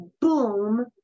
boom